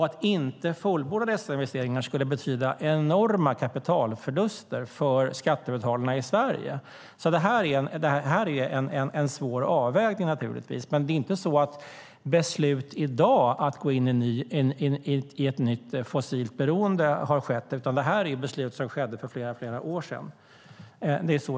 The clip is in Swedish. Att inte fullborda dessa investeringar skulle betyda enorma kapitalförluster för skattebetalarna i Sverige. Det är givetvis en svår avvägning. Det tas dock inga beslut i dag om att gå in i ett nytt fossilt beroende, utan detta är beslut som togs för flera år sedan.